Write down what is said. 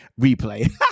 replay